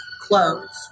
closed